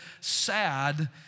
sad